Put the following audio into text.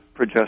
progesterone